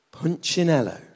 Punchinello